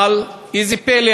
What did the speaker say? אבל איזה פלא,